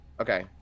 Okay